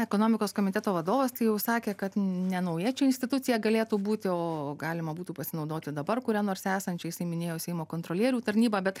ekonomikos komiteto vadovas jau sakė kad ne nauja institucija galėtų būti o galima būtų pasinaudoti dabar kurią nors esančiais minėjo seimo kontrolierių tarnyba bet